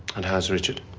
and how's richard?